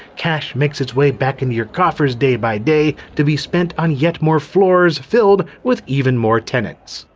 cash makes its way back into your coffers day-by-day to be spent on yet more floors filled with even more tenants.